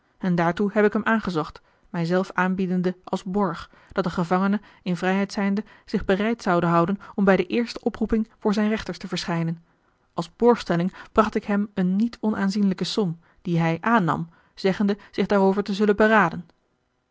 en daartoe heb ik hem aangezocht mij zelf aanbiedende als borg dat de gevangene in vrijheid zijnde zich bereid zoude houden om bij de eerste oproeping voor zijne rechters te verschijnen als borgstelling bracht ik hem eene niet onaanzienlijke som die hij aannam zeggende zich daarover te zullen beraden